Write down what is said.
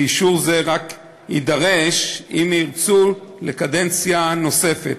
ואישור זה יידרש רק אם יצאו לקדנציה נוספת.